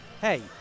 hey